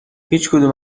هیچکدوم